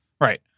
Right